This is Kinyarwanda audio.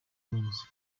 tonzi